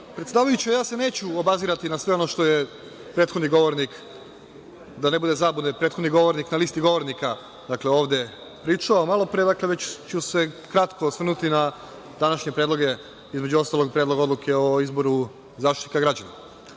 predsedavajući, ja se neću obazirati na sve ono što je prethodni govornik, da ne bude zabune, prethodni govornik na listi govornika, dakle ovde pričao malopre, već ću se kratko osvrnuti na današnje predloge, između ostalog, predlog odluke o izboru Zaštitnika građana. Odmah